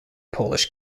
polish